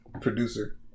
producer